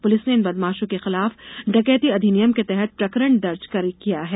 police ने इन बदमाशों के खिलाफ डकैती अधिनियम के तहत प्रकरण दर्ज किया है